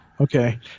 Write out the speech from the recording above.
Okay